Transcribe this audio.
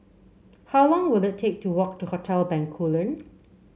how long will it take to walk to Hotel Bencoolen